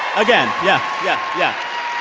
again. yeah, yeah, yeah